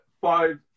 five